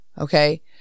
okay